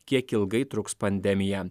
kiek ilgai truks pandemija